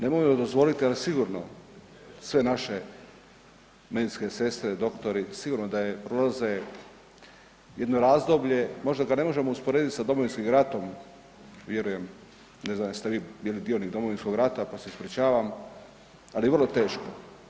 Nemojmo dozvoliti, ali sigurno sve naše medicinske sestre, doktori, sigurno da prolaze jedno razdoblje, možda ga ne možemo usporediti sa Domovinskim ratom, vjerujem, ne znam jeste vi bili dionik Domovinskog rata pa se ispričavam, ali je vrlo teško.